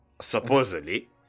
supposedly